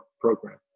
program